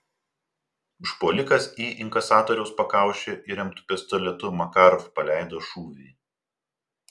užpuolikas į inkasatoriaus pakaušį įremtu pistoletu makarov paleido šūvį